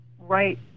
right